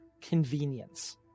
convenience